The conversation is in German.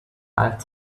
als